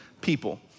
people